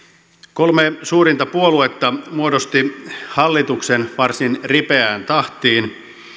kolme suurinta puoluetta muodostivat hallituksen varsin ripeään tahtiin